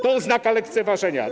To oznaka lekceważenia.